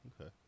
Okay